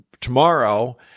tomorrow